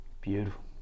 Beautiful